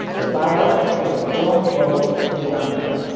the biography of john bold the younger.